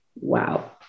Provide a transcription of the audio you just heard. Wow